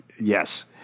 Yes